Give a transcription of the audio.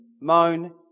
moan